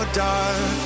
dark